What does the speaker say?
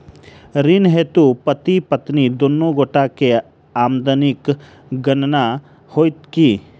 ऋण हेतु पति पत्नी दुनू गोटा केँ आमदनीक गणना होइत की?